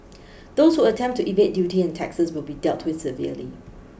those who attempt to evade duty and taxes will be dealt with severely